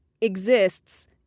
exists